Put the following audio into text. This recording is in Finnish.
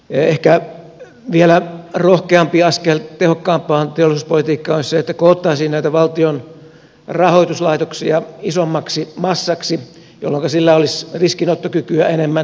ehkä vielä rohkeampi askel tehokkaampaan teollisuuspolitiikkaan olisi se että koottaisiin näitä valtion rahoituslaitoksia isommaksi massaksi jolloinka sillä olisi riskinottokykyä enemmän